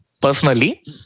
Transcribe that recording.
personally